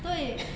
对